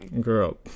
Girl